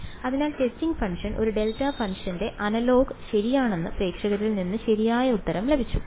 അതിനാൽ testing function ഒരു delta ഫംഗ്ഷന്റെ അനലോഗ് ശരിയാണെന്ന് പ്രേക്ഷകരിൽ നിന്ന് ശരിയായ ഉത്തരം ലഭിച്ചു